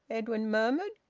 edwin murmured.